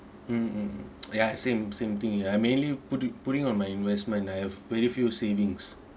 mm mm ya same same thing I mainly put it put it on my investment I have very few savings